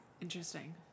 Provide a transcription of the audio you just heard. interesting